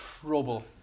trouble